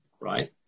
right